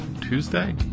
Tuesday